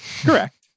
Correct